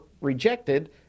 rejected